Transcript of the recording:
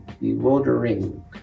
bewildering